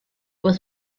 was